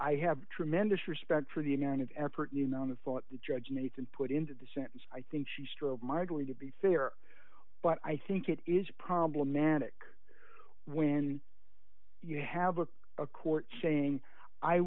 i have tremendous respect for the amount of effort and amount of thought the judge nathan put into the sentence i think she strove my glee to be fear but i think it is problematic when you have a court saying i